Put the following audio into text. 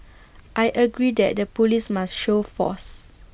I agree that the Police must show force